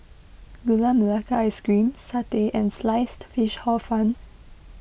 Gula Melaka Ice Cream Satay and Sliced Fish Hor Fun